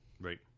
Right